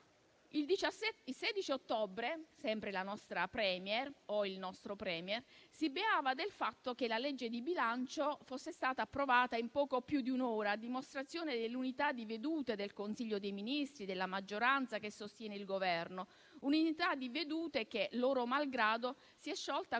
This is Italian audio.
Il 16 ottobre sempre la nostra *Premier* - o il nostro *Premier* - si beava del fatto che la legge di bilancio fosse stata approvata in poco più di un'ora, a dimostrazione dell'unità di vedute del Consiglio dei ministri e della maggioranza che sostiene il Governo; unità di vedute che, loro malgrado, si è sciolta